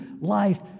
life